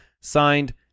signed